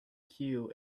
queue